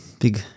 big